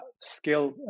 skill